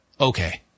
okay